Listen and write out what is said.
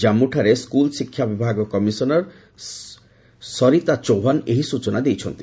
କାଞ୍ଗୁଠାରେ school ଶିକ୍ଷା ବିଭାଗ commissioner Sarita Chauhan ଏହି ସୂଚନା ଦେଇଛନ୍ତି